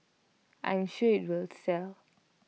I'm sure IT will sell